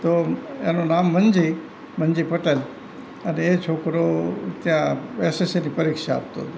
તો એનું નામ મનજી મનજી પટેલ અને એ છોકરો ત્યાં એસએસસીની પરીક્ષા આપતો હતો